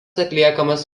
atliekamas